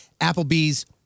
Applebee's